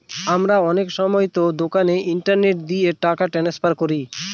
আমরা অনেক সময়তো দোকানে ইন্টারনেট দিয়ে টাকা ট্রান্সফার করি